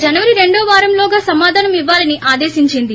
జనవరి రెండో వారంలోగా సమాధానం ఇవ్వాలని ఆదేశించింది